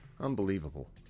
Unbelievable